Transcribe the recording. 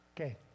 Okay